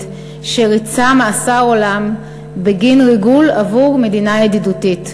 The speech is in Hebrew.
שריצה מאסר עולם בגין ריגול עבור מדינה ידידותית.